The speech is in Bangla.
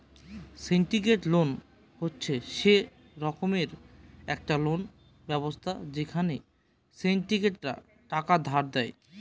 সিন্ডিকেটেড লোন হচ্ছে সে রকমের একটা লোন ব্যবস্থা যেখানে সিন্ডিকেটরা টাকা ধার দেয়